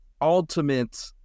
ultimate